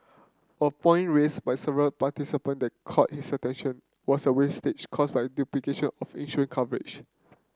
a point raised by several participant that caught his attention was a wastage caused by duplication of insurance coverage